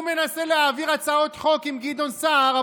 הוא מנסה להעביר הצעות חוק עם גדעון סער,